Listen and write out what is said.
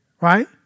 Right